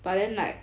but then like